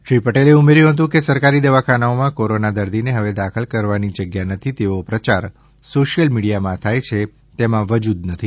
તેમણે ઉમેર્યું હતું કે સરકારી દવાખાનામાં કોરોના દરદી ને હવે દાખલ કરવાની જગ્યા નથી તેવો પ્રચાર સોશિયલ મીડિયા માં થાય છે તેમાં વજૂદ નથી